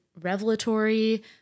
revelatory